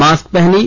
mask पहनें